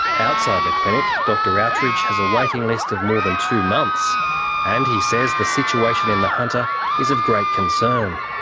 outside the clinic, dr outridge has a waiting list of more than two months and he says the situation in the hunter is of great concern.